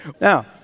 Now